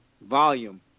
volume